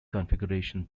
configuration